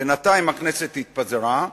בינתיים הכנסת התפזרה,